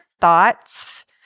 thoughts